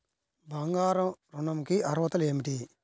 బంగారు ఋణం కి అర్హతలు ఏమిటీ?